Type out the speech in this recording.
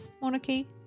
monarchy